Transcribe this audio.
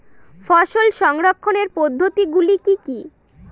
ফসল সংরক্ষণের পদ্ধতিগুলি কি কি?